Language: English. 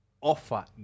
offer